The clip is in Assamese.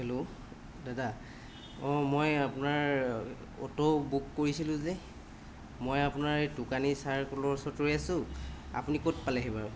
হেল্ল' দাদা অঁ মই আপোনাৰ অ'টো বুক কৰিছিলোঁ যে মই আপোনাৰ এই টোকানী চাৰ্কলৰ ওচৰত ৰৈ আছোঁ আপুনি ক'ত পালেহি বাৰু